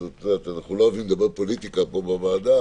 אנחנו לא אוהבים לדבר פוליטיקה פה בוועדה,